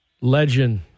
Legend